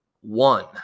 one